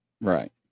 Right